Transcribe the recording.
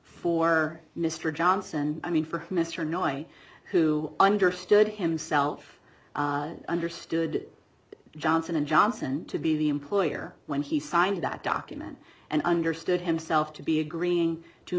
mr johnson i mean for mr noyo who understood himself understood johnson and johnson to be the employer when he signed that document and understood himself to be agreeing to